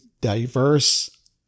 diverse